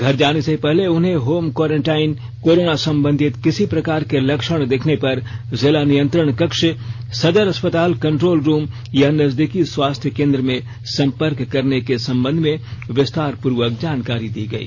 घर जाने से पहले उन्हें होम क्वॉरेंटाइन कोरोना संबंधित किसी प्रकार के लक्षण दिखने पर जिला नियंत्रण कक्ष सदर अस्पताल कंट्रोल रूम या नजदीकी स्वास्थ्य केंद्र में संपर्क करने के संबंध में विस्तार पूर्वक जानकारी दी गई